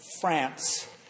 France